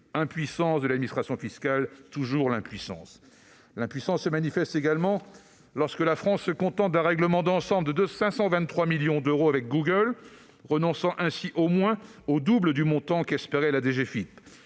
l'impuissance de l'administration fiscale, toujours l'impuissance ... Cette impuissance se manifeste également lorsque la France se contente d'un « règlement d'ensemble » de 523 millions d'euros avec Google, renonçant ainsi au moins au double du montant qu'espérait la DGFiP.